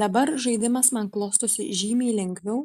dabar žaidimas man klostosi žymiai lengviau